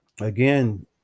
again